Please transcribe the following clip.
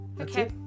Okay